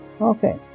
Okay